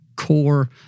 Core